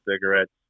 cigarettes